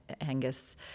angus